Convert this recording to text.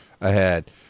ahead